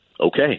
okay